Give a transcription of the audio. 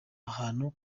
ahantu